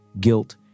guilt